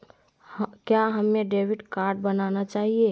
क्या हमें debit card बनाना चाहिए?